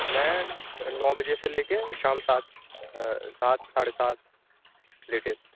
میں نو بجے سے لے کے شام سات سات ساڑھے سات لیٹے